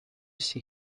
see